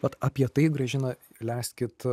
bet apie tai grąžino leiskit